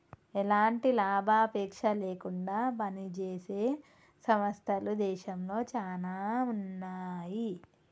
ఎలాంటి లాభాపేక్ష లేకుండా పనిజేసే సంస్థలు దేశంలో చానా ఉన్నాయి